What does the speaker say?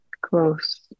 close